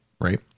right